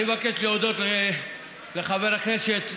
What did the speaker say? אני מבקש להודות לחבר הכנסת,